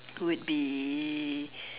would be